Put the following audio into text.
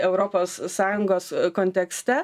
europos sąjungos kontekste